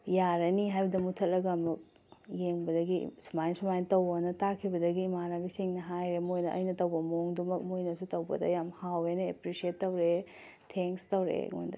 ꯌꯥꯔꯅꯤ ꯍꯥꯏꯕꯗ ꯃꯨꯊꯠꯂꯒ ꯑꯃꯨꯛ ꯌꯦꯡꯕꯗꯒꯤ ꯁꯨꯃꯥꯏ ꯁꯨꯃꯥꯏꯅ ꯇꯧꯕ ꯍꯥꯏꯅ ꯇꯥꯛꯈꯤꯕꯗꯒꯤ ꯏꯃꯥꯅꯕꯤꯁꯤꯡꯅ ꯍꯥꯏꯔꯦ ꯃꯈꯣꯏꯗ ꯑꯩꯅ ꯇꯧꯕ ꯃꯑꯣꯡꯗꯨꯃꯛ ꯃꯈꯣꯏꯅꯁꯨ ꯇꯧꯕꯗ ꯌꯥꯝ ꯍꯥꯎꯑꯦꯅ ꯑꯦꯄ꯭ꯔꯤꯁꯦꯠ ꯇꯧꯔꯛꯑꯦ ꯊꯦꯡꯁ ꯇꯧꯔꯛꯑꯦ ꯑꯩꯉꯣꯟꯗ